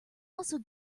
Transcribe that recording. also